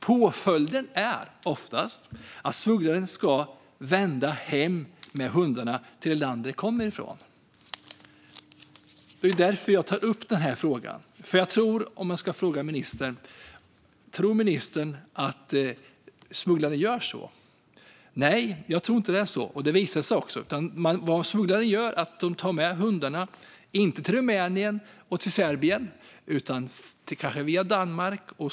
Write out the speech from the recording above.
Påföljden är oftast att smugglarna ska vända hem med hundarna till det land de kommer ifrån. Det är därför jag tar upp frågan. Tror ministern att smugglarna gör det? Jag tror inte det. Det visar sig också att vad smugglarna gör är att de tar med sig hundarna inte till Rumänien och till Serbien utan kanske till Danmark.